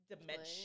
dimension